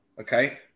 Okay